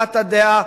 הבעת הדעה,